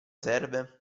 serve